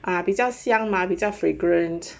啊比较香嘛比较 fragrant